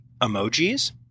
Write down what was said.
emojis